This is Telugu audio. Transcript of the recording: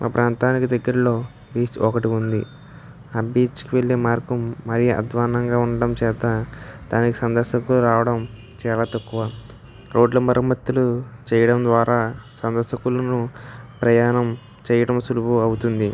మా ప్రాంతానికి దగ్గరలో బీచ్ ఒకటి ఉంది ఆ బీచ్కి వెళ్ళే మార్గం మరి అధ్వాన్నంగా ఉండటం చేత దానికి సందర్శకులు రావడం చాలా తక్కువ రోడ్ల మరమ్మత్తులు చెయ్యడం ద్వారా సందర్శకులను ప్రయాణం చెయ్యడం సులువు అవుతుంది